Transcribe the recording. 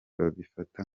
babifata